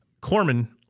Corman